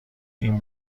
این